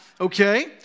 okay